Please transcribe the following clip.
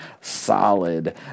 solid